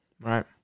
right